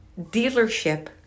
dealership